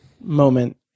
moment